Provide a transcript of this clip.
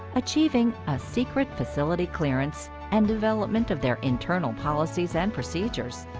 achieving a secret facility clearance, and development of their internal policies and procedures.